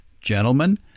Gentlemen